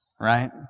right